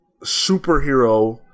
superhero